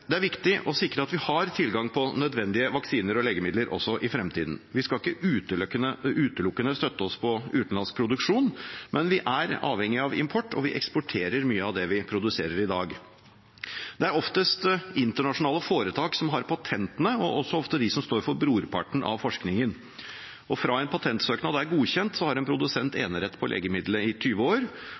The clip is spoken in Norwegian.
Det er viktig å sikre at vi har tilgang på nødvendige vaksiner og legemidler også i fremtiden. Vi skal ikke utelukkende støtte oss på utenlandsk produksjon. Men vi er avhengige av import, og vi eksporterer mye av det vi produserer i dag. Det er oftest internasjonale foretak som har patentene, og også ofte de som står for brorparten av forskningen. Fra en patentsøknad er godkjent, har en produsent enerett på legemidlet i tjue år,